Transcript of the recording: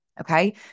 Okay